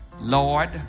Lord